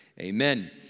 Amen